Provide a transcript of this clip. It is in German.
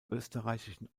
österreichischen